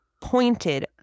pointed